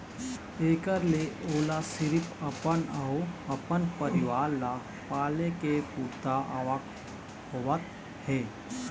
एखर ले ओला सिरिफ अपन अउ अपन परिवार ल पाले के पुरता आवक होवत हे